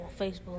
Facebook